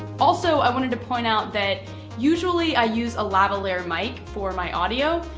also, i wanted to point out that usually i use a lavalier mic for my audio,